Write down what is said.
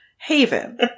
Haven